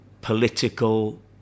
political